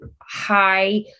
high